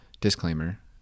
disclaimer